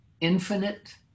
infinite